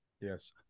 Yes